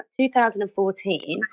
2014